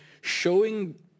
showing